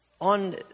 on